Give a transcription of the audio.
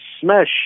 Smash